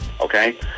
okay